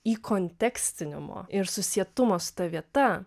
įkontekstinimo ir susietumo su ta vieta